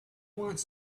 wants